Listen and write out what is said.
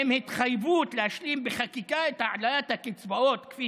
עם התחייבות להשלים בחקיקה את העלאת הקצבאות כפי